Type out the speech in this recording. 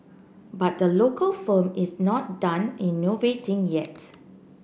but the local firm is not done innovating yet